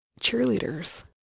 cheerleaders